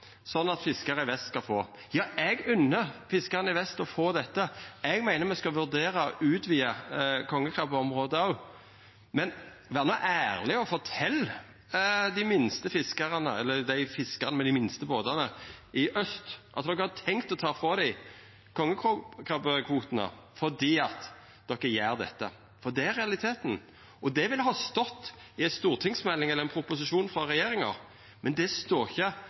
sånn at fiskarar i vest skal få. Ja, eg unner fiskarane i vest å få dette. Eg meiner me skal vurdera å utvida kongekrabbeområdet òg. Men ein bør vera ærleg og fortelja fiskarane med dei minste båtane i aust at ein har tenkt å ta frå dei kongekrabbekvotane, for det er det ein gjer. Det er realiteten, og det ville ha stått i ei stortingsmelding eller ein proposisjon frå regjeringa, men det